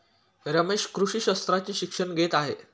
रमेश कृषी शास्त्राचे शिक्षण घेत आहे